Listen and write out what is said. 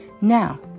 Now